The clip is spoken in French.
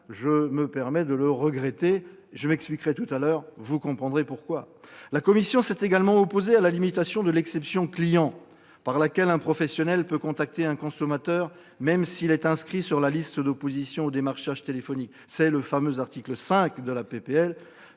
ou pénales ; je le regrette, je m'en expliquerai tout à l'heure, vous le comprendrez. La commission s'est également opposée à la limitation de « l'exception client », par laquelle un professionnel peut contacter un consommateur même s'il est inscrit sur la liste d'opposition au démarchage téléphonique- c'est le fameux article 5 du texte